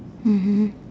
mmhmm